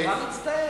אני ממש מצטער.